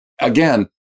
again